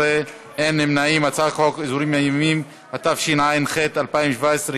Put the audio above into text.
להעביר הצעת חוק האזורים הימיים, התשע"ח 2017,